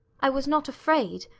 i was not afraid,